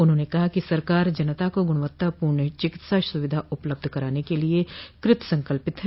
उन्होंने कहा कि सरकार जनता को गुणवत्तापूर्ण चिकित्सा सुविधा उपलब्ध कराने के लिये कृतसंकल्प है